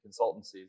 consultancies